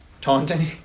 Taunting